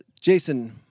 Jason